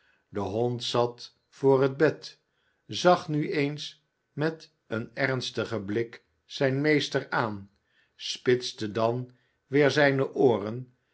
de hond zat voor het bed zag nu eens met een ernstigen blik zijn meester aan spitste dan weer zijne ooren